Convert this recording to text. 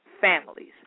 families